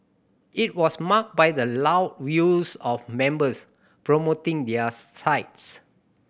it was marked by the loud views of members promoting their sides